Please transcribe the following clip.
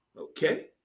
okay